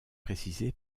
précisée